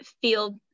feel